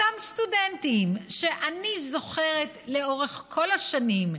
אותם סטודנטים שאני זוכרת לאורך כל השנים,